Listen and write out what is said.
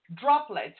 droplets